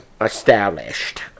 established